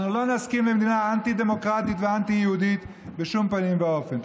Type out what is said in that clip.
אנחנו לא נסכים למדינה אנטי-דמוקרטית ואנטי-יהודית בשום פנים ואופן.